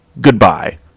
goodbye